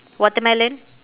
watermelon